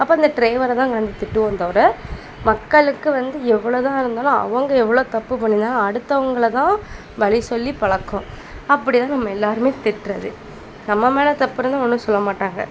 அப்போ அந்த ட்ரைவரை தான் கடந்து திட்டுவோமே தவிர மக்களுக்கு வந்து எவ்வளோ தான் இருந்தாலும் அவங்க எவ்வளோ தப்பு பண்ணியிருந்தாலும் அடுத்தவங்களை தான் பழி சொல்லி பழக்கம் அப்படி தான் நம்ம எல்லாருமே திட்டுறது நம்ம மேலே தப்பு இருந்தால் ஒன்றும் சொல்ல மாட்டாங்கள்